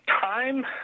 time